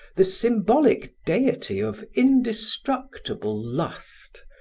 the symbolic deity of indestructible lust,